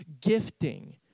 gifting